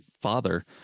father